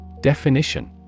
Definition